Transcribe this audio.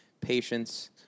patience